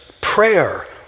prayer